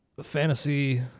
fantasy